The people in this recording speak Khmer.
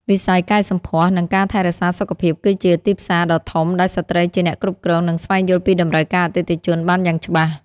វិស័យកែសម្ផស្ស និងការថែរក្សាសុខភាព គឺជាទីផ្សារដ៏ធំដែលស្ត្រីជាអ្នកគ្រប់គ្រង និងស្វែងយល់ពីតម្រូវការអតិថិជនបានយ៉ាងច្បាស់។